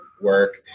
work